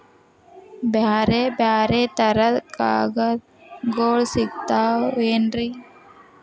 ಬ್ಯಾರೆ ಬ್ಯಾರೆ ತರದ್ ಕಾಳಗೊಳು ಸಿಗತಾವೇನ್ರಿ?